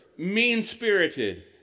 Mean-spirited